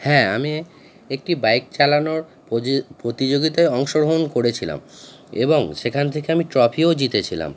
হ্যাঁ আমি একটি বাইক চালানোর প্রতিযোগিতায় অংশগ্রহণ করেছিলাম এবং সেখান থেকে আমি ট্রফিও জিতেছিলাম